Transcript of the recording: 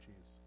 cheese